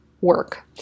work